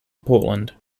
portland